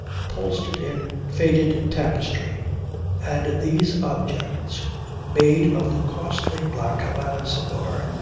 upholstered in faded tapestry and these objects made of the costly black havana cigar,